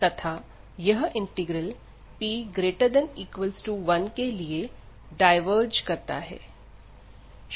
तथा यह integral p≥1 के लिए डायवर्ज करता है